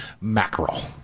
mackerel